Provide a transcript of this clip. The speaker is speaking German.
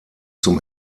zum